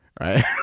right